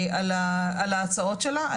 אני